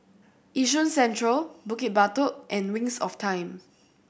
Yishun Central Bukit Batok and Wings of Time